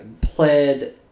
pled